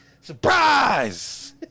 Surprise